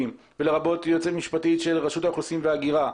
ולרבות יועצת משפטית של רשות האוכלוסין וההגירה,